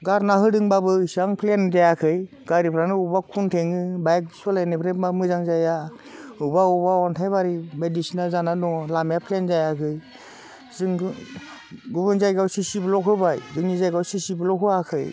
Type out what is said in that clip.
गारना होदोंब्लाबो इसां प्लेन जायाखै गारिफ्रानो अबेबा खुनथेङो बाइक सालायनायफ्रा मोजां जाया अबेबा अबेबा अन्थाइबारि बायदिसिना जानानै दङ लामाया प्लेन जायाखै जोंबो गुबुन जायगायाव सिसि ब्ल'क्स होबाय जोंनि जायगायाव सिसि ब्ल'क्स होआखै